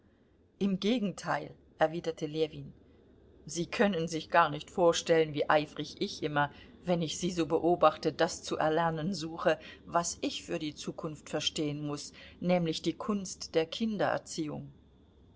im gegenteil erwiderte ljewin sie können sich gar nicht vorstellen wie eifrig ich immer wenn ich sie so beobachte das zu erlernen suche was ich für die zukunft verstehen muß nämlich die kunst der